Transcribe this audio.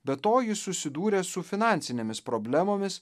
be to jis susidūrė su finansinėmis problemomis